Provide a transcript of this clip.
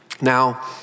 Now